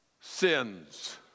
sins